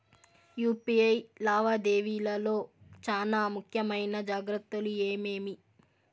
UPI లావాదేవీల లో చానా ముఖ్యమైన జాగ్రత్తలు ఏమేమి?